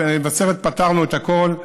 מבשרת, פתרנו את הכול.